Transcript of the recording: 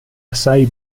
assai